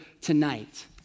tonight